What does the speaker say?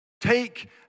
Take